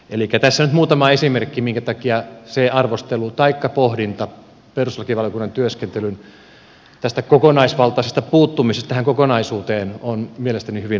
elikkä tässä nyt muutama esimerkki minkä takia se arvostelu taikka pohdinta tästä perustuslakivaliokunnan työskentelyn kokonaisvaltaisesta puuttumisesta tähän kokonaisuuteen on mielestäni hyvin oikeutettua